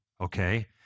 Okay